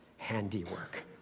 handiwork